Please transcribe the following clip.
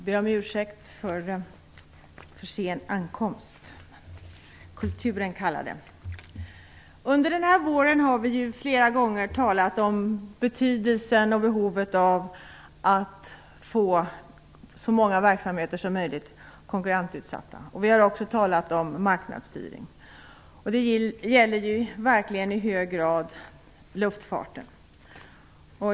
Herr talman! Under den här våren har vi flera gånger talat om betydelsen och behovet av att få så många verksamheter som möjligt konkurrensutsatta. Vi har också talat om marknadsstyrning. Det gäller verkligen i hög grad luftfarten.